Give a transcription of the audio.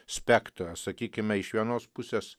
spektras sakykime iš vienos pusės